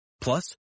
Plus